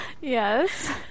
Yes